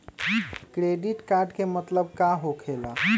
Credit card के मतलब का होकेला?